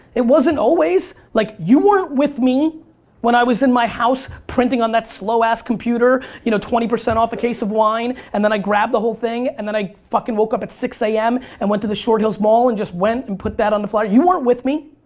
it wasn't always. like, you weren't with me when i was in my house printing on that slow ass computer, you know, twenty percent off a case of wine and then i grabbed the whole thing and then i fuckin' woke up at six a m. and went to the short hills mall and just went and put that on the flyers, you weren't with me.